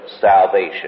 salvation